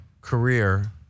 career